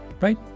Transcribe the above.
right